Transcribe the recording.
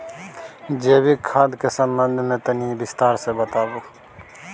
जैविक खाद के संबंध मे तनि विस्तार स बताबू?